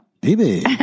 baby